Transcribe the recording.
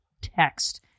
text